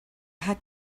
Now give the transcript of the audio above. had